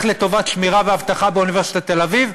לטובת שמירה ואבטחה באוניברסיטת תל-אביב?